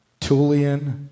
Tulian